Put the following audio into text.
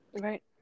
Right